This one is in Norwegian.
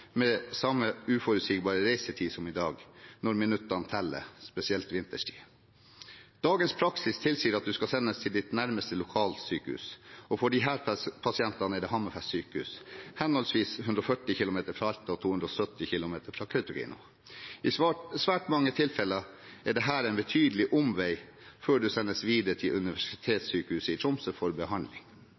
med samme uforutsigbare reisetid som i dag, når minuttene teller, spesielt vinterstid. Dagens praksis tilsier at man skal sendes til sitt nærmeste lokalsykehus, og for disse pasientene er det Hammerfest sykehus, henholdsvis 140 km fra Alta og 270 km fra Kautokeino. I svært mange tilfeller er dette en betydelig omvei – før man sendes videre til Universitetssykehuset i Tromsø for behandling.